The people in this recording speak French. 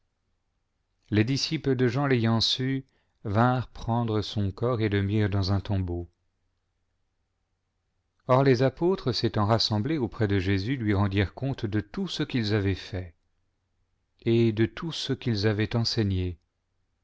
les disciples de jean l'ayant su vinrent prendre son corps et le mirent dans un tombeau or les apôtres s'étant rassemblés auprès de jésus lui rendirent compte de tout ce qu'ils avaient fait et de tout ce qu'ils avaient enseigné